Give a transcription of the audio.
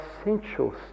essential